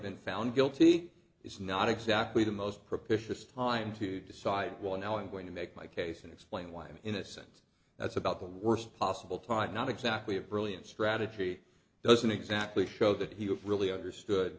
been found guilty is not exactly the most propitious time to decide well now i'm going to make my case and explain why i'm innocent that's about the worst possible time not exactly a brilliant strategy doesn't exactly show that he really understood